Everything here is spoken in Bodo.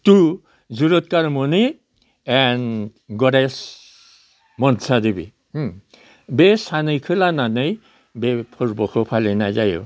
टु जुरुतथार मनि एन्ड गडेस मनसा देबि बे सानैखो लानानै बे फोरबोखौ फालिनाय जायो